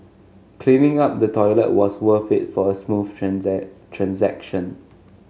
cleaning up the toilet was worth it for a smooth transaction